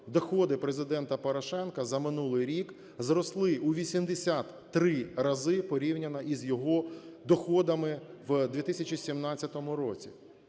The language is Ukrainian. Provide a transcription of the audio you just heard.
доходи Президента Порошенка за минулий рік зросли у 83 рази порівняно із його доходами в 2017 році.